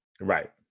Right